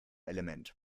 element